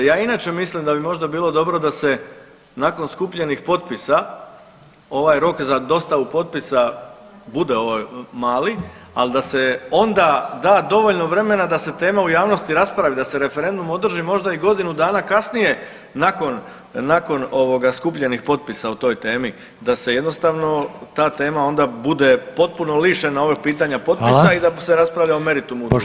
Ja inače mislim da bi možda bilo dobro da se nakon skupljenih potpisa ovaj rok za dostavu potpisa bude mali, ali da se onda da dovoljno vremena da se tema u javnosti raspravi, da se referendum održi možda i godinu dana kasnije nakon skupljenih potpisa o toj temi da se jednostavno ta tema onda bude potpuno lišena [[Upadica Reiner: Hvala.]] ovog pitanja potpisa i da se raspravlja o meritumu